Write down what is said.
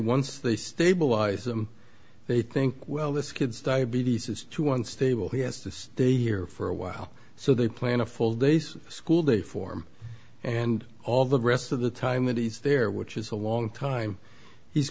once they stabilize them they think well this kid's diabetes is too unstable he has to stay here for a while so they plan a full days school day for him and all the rest of the time that he's there which is a long time he's